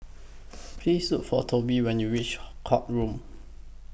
Please Look For Tobe when YOU REACH Court Road